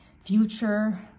future